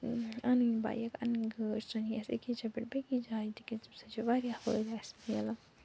اَنٕنۍ بایِک اَنٕنۍ گٲڑ سۄ نی اَسہِ أکِس جاے پٮ۪ٹھ بیٚکِس جایہِ تِکیٛازِ تٔمۍ سۭتۍ چھِ وارِیاہ فٲیدٕ اَسہِ مِلن